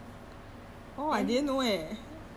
haven't one year lah close to one year but haven't one year yet